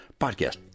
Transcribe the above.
Podcast